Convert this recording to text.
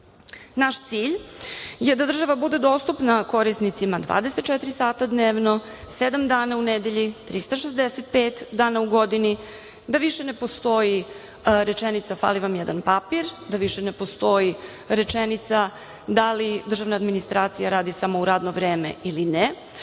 cilj je da država bude dostupna korisnicima 24 sata dnevno, sedam dana u nedelji, 365 dana u godini, da više ne postoji rečenica „fali vam jedan papir“, da više ne postoji rečenica da li državna administracija radi samo u radno vreme ili ne.